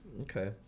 Okay